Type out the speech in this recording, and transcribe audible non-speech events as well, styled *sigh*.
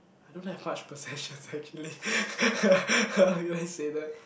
I don't have much possessions actually *laughs* you can say that